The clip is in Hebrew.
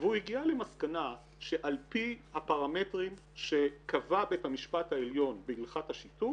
והוא הגיע למסקנה שעל פי הפרמטרים שקבע בית המשפט העליון בהלכת השיתוף